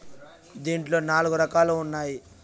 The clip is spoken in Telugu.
దీంట్లో నాలుగు రకాలుగా ఉన్నాయి